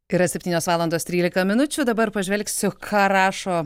yra septynios valandos trylika minučių dabar pažvelgsiu ką rašo